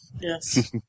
Yes